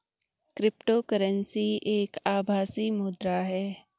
crypto currency एक आभासी मुद्रा है